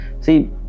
see